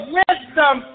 wisdom